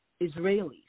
Israelis